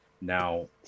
Now